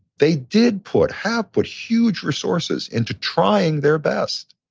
they did put, have put huge resources into trying their best.